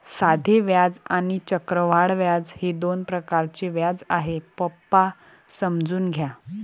साधे व्याज आणि चक्रवाढ व्याज हे दोन प्रकारचे व्याज आहे, पप्पा समजून घ्या